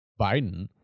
Biden